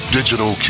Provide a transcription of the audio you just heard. Digital